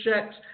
checks